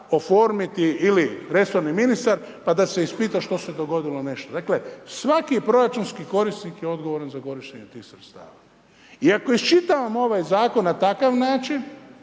oformiti ili resorni ministar pa da se ispita što se dogodilo nešto. Dakle svaki proračunski korisnik je odgovoran za korištenje tih sredstava. I ako iščitavamo ovaj zakon na takav način,